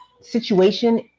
situation